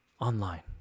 online